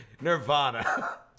Nirvana